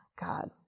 God